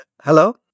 hello